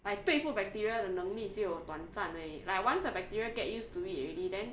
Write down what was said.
like 对付 bacteria 的能力只有短暂而已 like once the bacteria get used to it already then